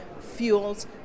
fuels